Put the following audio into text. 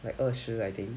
like 二十 I think